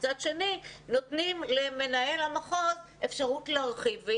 מצד שני נותנים למנהל המחוז אפשרות להרחיב.